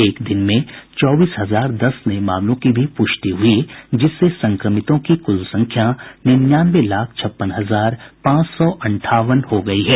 एक दिन में चौबीस हजार दस नये मामलों की भी पुष्टि हुई जिससे संक्रमितों की कुल संख्या निन्यानवे लाख छप्पन हजार पांच सौ अंठावन हो गयी है